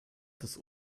des